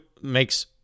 makes